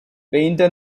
painter